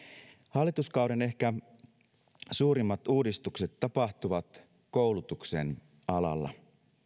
hallituskauden ehkä suurimmat uudistukset tapahtuvat koulutuksen alalla